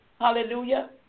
Hallelujah